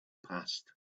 passed